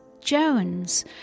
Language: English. Jones